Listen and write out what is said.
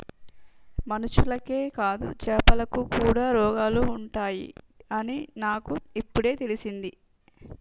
మనుషులకే కాదు చాపలకి కూడా రోగాలు ఉంటాయి అని నాకు ఇపుడే తెలిసింది